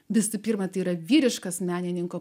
visų pirma tai yra vyriškas menininko